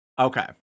Okay